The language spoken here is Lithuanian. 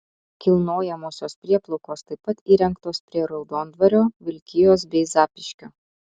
kilnojamosios prieplaukos taip pat įrengtos prie raudondvario vilkijos bei zapyškio